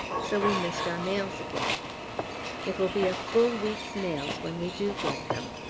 so we missed our mails again it will be a full week's mails when we do get them.